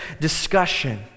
discussion